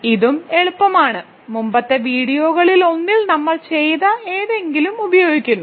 ഇതും എളുപ്പമാണ് മുമ്പത്തെ വീഡിയോകളിലൊന്നിൽ നമ്മൾ ചെയ്ത എന്തെങ്കിലും ഉപയോഗിക്കുന്നു